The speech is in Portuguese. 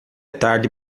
tarde